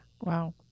Wow